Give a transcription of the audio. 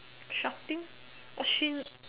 shopping or she